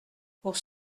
pour